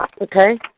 Okay